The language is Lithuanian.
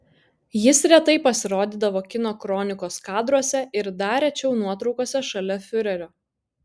jis retai pasirodydavo kino kronikos kadruose ir dar rečiau nuotraukose šalia fiurerio